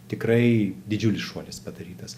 tikrai didžiulis šuolis padarytas